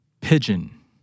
Pigeon